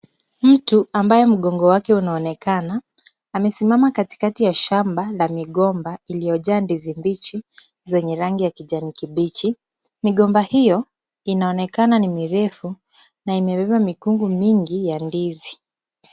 Mtu ambaye magongo wake unaonekana, amesimama katikati ya shamba la migomba, iliyojaa ndizi mbichi zenye rangi ya kijani kibichi. Migomba hiyo, inaonekana ni mirefu na imebeba mikungu mingi ya ndizi.